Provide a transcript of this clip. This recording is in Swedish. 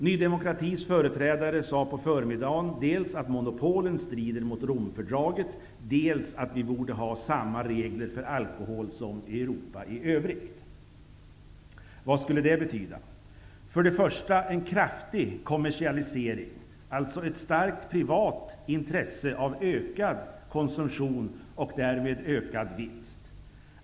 Ny demokratis företrädare sade på förmiddagen dels att monopolen strider mot Romfördraget, dels att vi borde ha samma regler för alkohol som Europa i övrigt. Vad skulle det betyda? För det första innebär det en kraftig kommersialisering, alltså ett starkt privat intresse av ökad konsumtion och därmed ökad vinst.